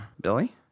Billy